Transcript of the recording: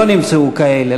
לא נמצאו כאלה,